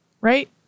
Right